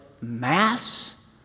mass